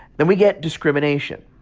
then we get discrimination.